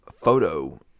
photo